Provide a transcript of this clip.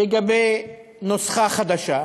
לגבי נוסחה חדשה,